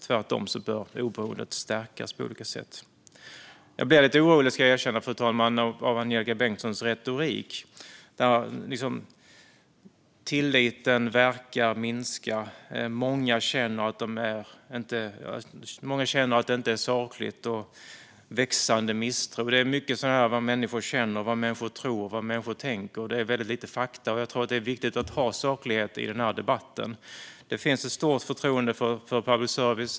Tvärtom bör oberoendet stärkas på olika sätt. Fru talman! Jag ska erkänna att jag blir lite orolig av Angelika Bengtssons retorik: Tilliten verkar minska, många känner att det inte är sakligt och misstron växer. Det är mycket om vad människor känner, tror och tänker och väldigt lite fakta. Jag tror att det är viktigt att ha saklighet i den här debatten. Det finns ett stort förtroende för public service.